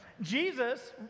Jesus